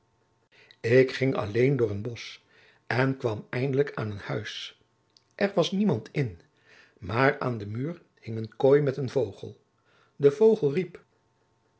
ik ging alléén door een bosch en kwam eindelijk aan een huis er was niemand in maar aan den muur hing een kooi met een vogel de vogel riep